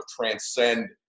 transcend